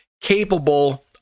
capable